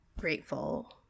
grateful